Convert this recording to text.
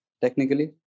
Technically